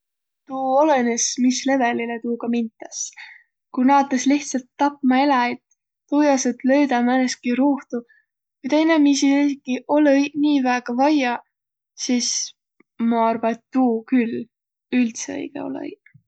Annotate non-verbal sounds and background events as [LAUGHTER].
Tuu olõnõs, mis levelile tuugaq mintäs. Ku naatas lihtsalt tapma eläjit tuujaos, et löüdäq määnestki ruuhtu, midä inemiisil esikiq olõ-iq nii väega vajja, sis ma arva, et tuu küll üldse ei [UNINTELLIGIBLE]